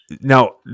Now